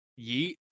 yeet